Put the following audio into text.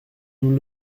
nous